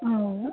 ആണ്